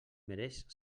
mereix